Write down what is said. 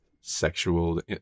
sexual